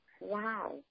wow